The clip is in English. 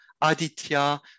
Aditya